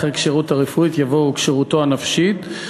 אחרי "הכשירות הרפואית" יבוא "וכשירותו הנפשית".